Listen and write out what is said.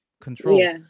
control